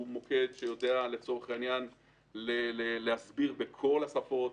הוא מוקד שיודע להסביר בכל השפות,